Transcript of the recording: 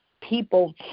people